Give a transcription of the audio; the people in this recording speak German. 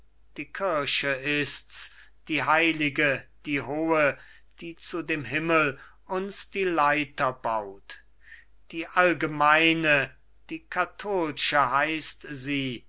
die kirche ist's die heilige die hohe die zu dem himmel uns die leiter baut die allgemeine die kathol'sche heißt sie